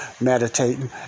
meditating